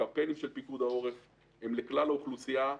הקמפיינים של פיקוד העורף הם לכלל האוכלוסייה,